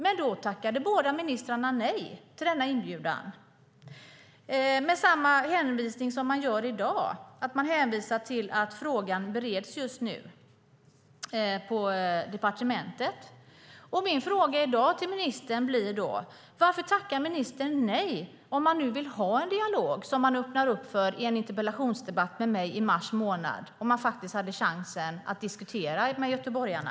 Men då tackade både ministrarna nej till denna inbjudan med samma hänvisning som i dag, att frågan just nu bereds på departementet. Min fråga i dag till ministern blir då: Varför tackar ministern nej, om hon vill ha en dialog som hon öppnade upp för i en interpellationsdebatt med mig i mars månad, när det faktiskt fanns en chans att diskutera med göteborgarna?